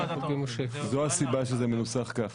זו הסיבה שזה מנוסח כך.